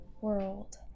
world